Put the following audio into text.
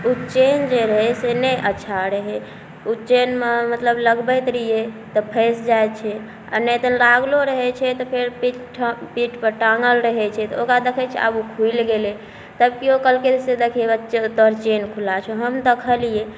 ओ chain जे रहै से नहि अच्छा रहै ओ चेनमे मतलब लगबैत रहिए तऽ फँसि जाइ छै आओर नहि तऽ लागलो रहै छै तऽ फेर पीठपर टाँगल रहै छै तऽ ओकरा देखै छिए आगू खुलि गेलै तऽ किओ कहलकै से देखही हौवे तोहर चेन खुल्ला छौ हम देखलिए